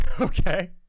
Okay